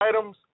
items